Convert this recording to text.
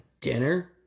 dinner